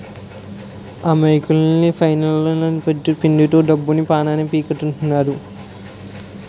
అమాయకుల్ని ఫైనాన్స్లొల్లు పీడిత్తు డబ్బుని, పానాన్ని పీక్కుతింటారు